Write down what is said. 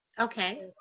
Okay